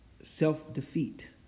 self-defeat